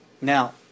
Now